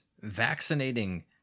vaccinating